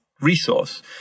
resource